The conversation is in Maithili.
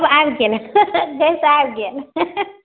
तब आबिके ने पैसा आबि गेल